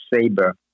saber